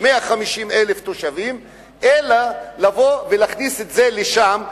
150,000 תושבים אלא לבוא ולהכניס את זה לשם.